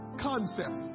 Concept